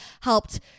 helped